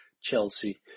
Chelsea